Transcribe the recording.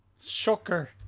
shocker